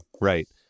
right